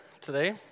today